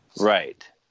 right